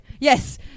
yes